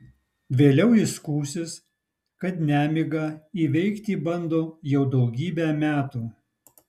vėliau ji skųsis kad nemigą įveikti bando jau daugybę metų